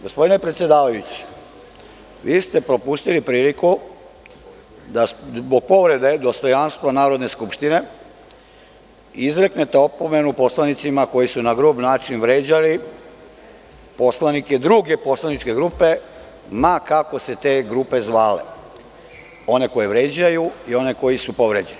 Gospodine predsedavajući, vi ste propustili priliku da zbog povrede dostojanstva Narodne skupštine izreknete opomenu narodnim poslanicima koji su na grub način vređali poslanike druge poslaničke grupe ma kako se te poslaničke grupe zvale, one koje vređaju i one koje su povređene.